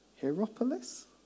Hierapolis